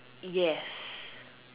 yes